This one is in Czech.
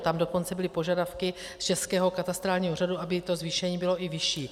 Tam dokonce byly požadavky z Českého katastrálního úřadu, aby to zvýšení bylo i vyšší.